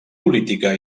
política